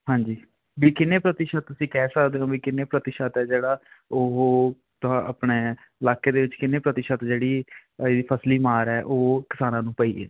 ਹਾਂਜੀ ਵੀ ਕਿੰਨੇ ਪ੍ਰਤੀਸ਼ਤ ਤੁਸੀਂ ਕਹਿ ਸਕਦੇ ਹੋ ਵੀ ਕਿੰਨੇ ਪ੍ਰਤੀਸ਼ਤ ਆ ਜਿਹੜਾ ਉਹ ਤੁਹਾ ਆਪਣੇ ਇਲਾਕੇ ਦੇ ਵਿੱਚ ਕਿੰਨੇ ਪ੍ਰਤੀਸ਼ਤ ਜਿਹੜੀ ਆਈ ਫਸਲੀ ਮਾਰ ਹੈ ਉਹ ਕਿਸਾਨਾਂ ਨੂੰ ਪਈ ਹੈ